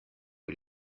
que